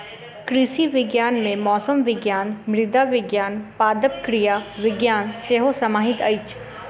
कृषि विज्ञान मे मौसम विज्ञान, मृदा विज्ञान, पादप क्रिया विज्ञान सेहो समाहित अछि